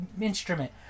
instrument